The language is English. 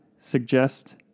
suggest